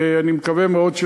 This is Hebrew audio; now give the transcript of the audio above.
אני מקווה מאוד שנצליח,